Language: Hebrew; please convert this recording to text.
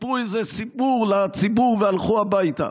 סיפרו איזה סיפור לציבור והלכו הביתה.